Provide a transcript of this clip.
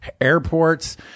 airports